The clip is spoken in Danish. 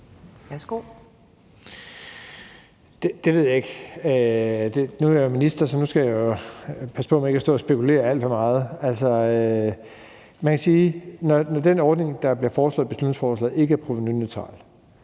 Det ved jeg ikke, og nu er jeg jo minister, så jeg skal passe på med ikke at stå og spekulere alt for meget. Altså, man kan jo sige, at når den ordning, der bliver foreslået i beslutningsforslaget, ikke er provenuneutral